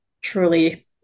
truly